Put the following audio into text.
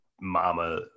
mama